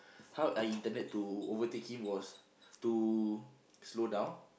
how I intended to overtake him was to slow down